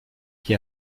qui